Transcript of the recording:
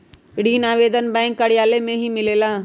ऋण आवेदन बैंक कार्यालय मे ही मिलेला?